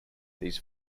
these